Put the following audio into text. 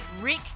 Rick